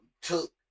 took